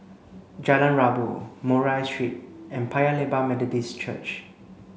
Jalan Rabu Murray Street and Paya Lebar Methodist Church